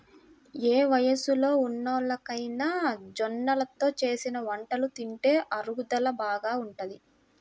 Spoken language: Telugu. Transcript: ఏ వయస్సులో ఉన్నోల్లకైనా జొన్నలతో చేసిన వంటలు తింటే అరుగుదల బాగా ఉంటది